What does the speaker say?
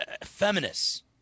feminists